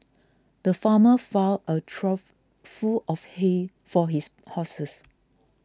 the farmer filled a trough full of hay for his horses